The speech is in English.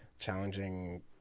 challenging